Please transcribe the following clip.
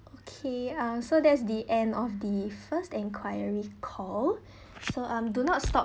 okay uh so that's the end of the first enquiry call so um do not stop